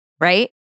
right